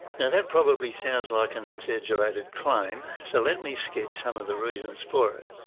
now that probably sounds like an exaggerated claim, so let me sketch some of the reasons for it.